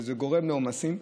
וזה גורם לעומסים.